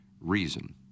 reason